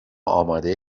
آماده